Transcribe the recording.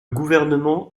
gouvernement